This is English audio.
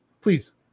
please